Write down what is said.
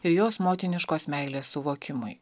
ir jos motiniškos meilės suvokimui